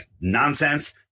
nonsense